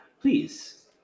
please